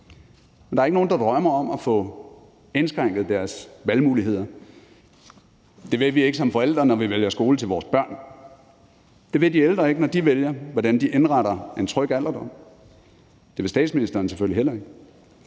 Der er ikke nogen, der drømmer om at få indskrænket deres valgmuligheder. Det vil vi ikke som forældre, når vi vælger skole til vores børn. Det vil de ældre ikke, når de vælger, hvordan de indretter en tryg alderdom. Det vil statsministeren selvfølgelig heller ikke.